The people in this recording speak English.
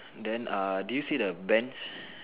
then err do you see the bench